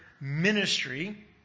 ministry